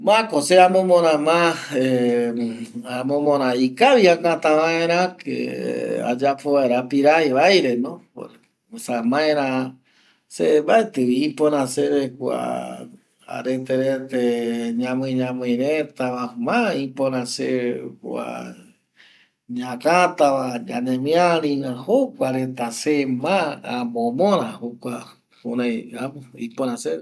Mako se amomora ma amomora ikavi äkatavaera que ayapo vaera apirai mbaireño esa se mbatɨvi ipöra se kua arete rete ñamɨ ñamɨi retava ma ipora se kua ñakatava, ñanemiariva jokua reta se ma amomora jokua kurai äpo ipöra se